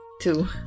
Two